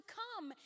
come